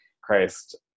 Christ